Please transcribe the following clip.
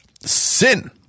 Sin